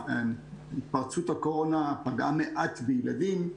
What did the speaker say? התפרצות הקורונה פגעה מעט בילדים.